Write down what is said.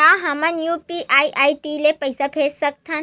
का हम UPI ID ले पईसा भेज सकथन?